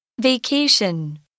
Vacation